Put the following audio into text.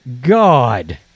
God